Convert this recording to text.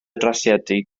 drasiedi